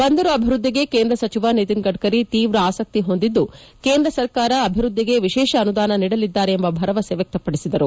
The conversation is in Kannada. ಬಂದರು ಅಭಿವ್ಬದ್ದಿಗೆ ಕೇಂದ್ರ ಸಚಿವ ನಿತಿನ್ ಗಡ್ಡರಿ ತೀವ್ರ ಆಸಕ್ತಿ ಹೊಂದಿದ್ದು ಕೇಂದ್ರ ಸರ್ಕಾರ ಅಭಿವ್ವದ್ದಿಗೆ ವಿಶೇಷ ಅನುದಾನ ನೀಡಲಿದ್ದಾರೆ ಎಂಬ ಭರವಸೆ ವ್ಯಕ್ತಪದಿಸಿದರು